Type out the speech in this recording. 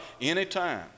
anytime